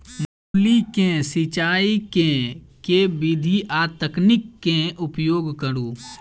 मूली केँ सिचाई केँ के विधि आ तकनीक केँ उपयोग करू?